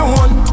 one